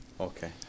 Okay